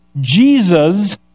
Jesus